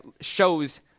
shows